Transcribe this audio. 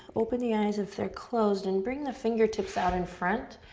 open the eyes if they're closed and bring the fingertips out in front.